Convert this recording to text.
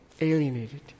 Alienated